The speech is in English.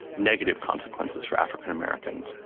negative consequences for african americans.